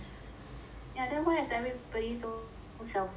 yeah then why is everybody so selfish because